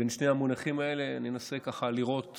בין שני המונחים האלה ננסה ככה לראות